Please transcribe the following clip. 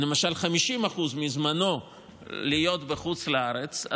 למשל להיות 50% מזמנו בחוץ לארץ,